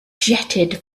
jetted